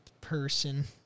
person